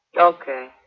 Okay